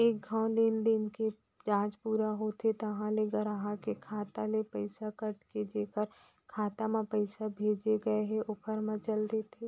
एक घौं लेनदेन के जांच पूरा होथे तहॉं ले गराहक के खाता ले पइसा कट के जेकर खाता म पइसा भेजे गए हे ओकर म चल देथे